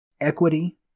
equity